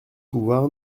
pouvoir